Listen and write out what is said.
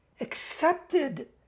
accepted